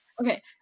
Okay